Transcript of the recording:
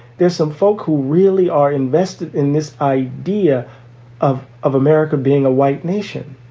there's some folks who really are invested in this idea of of america being a white nation.